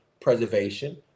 preservation